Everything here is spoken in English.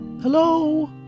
Hello